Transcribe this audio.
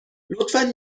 لطفا